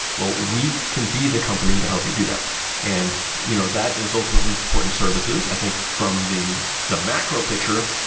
well we can be the company to help you do that and you know that is ultimately supporting services. i think from the the macro picture,